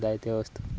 जायते वस्तू